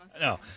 No